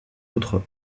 autre